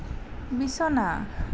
বিছনা